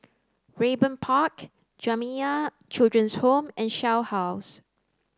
Raeburn Park Jamiyah Children's Home and Shell House